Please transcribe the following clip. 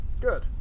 Good